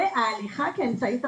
והליכה כאמצעי תחבורה.